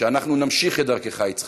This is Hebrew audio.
וכשאנחנו נמשיך את דרכך, יצחק,